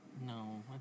No